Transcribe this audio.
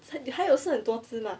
你还有剩很多只吗